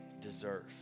deserve